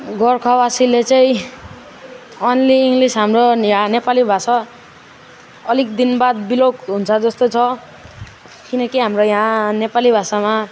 गोर्खावासीले चाहिँ only English हाम्रो यहाँ नेपाली भाषा अलिक दिन बाद बिलोप हुन्छ जस्तो छ किनकि हाम्रो यहाँ नेपाली भाषामा